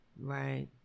right